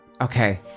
Okay